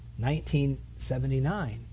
1979